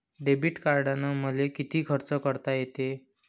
Debit कार्डानं मले किती खर्च करता येते?